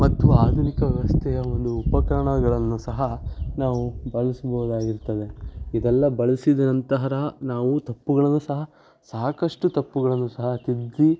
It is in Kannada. ಮತ್ತು ಆಧುನಿಕ ವ್ಯವಸ್ಥೆಯ ಒಂದು ಉಪಕರಣಗಳನ್ನು ಸಹ ನಾವು ಬಳಸ್ಬೋದಾಗಿರ್ತದೆ ಇದೆಲ್ಲ ಬಳಸಿದ ನಂತರ ನಾವು ತಪ್ಪುಗಳನ್ನು ಸಹ ಸಾಕಷ್ಟು ತಪ್ಪುಗಳನ್ನು ಸಹ ತಿದ್ದಿ